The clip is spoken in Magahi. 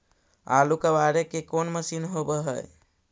आलू कबाड़े के कोन मशिन होब है?